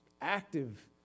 active